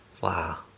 Wow